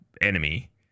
enemy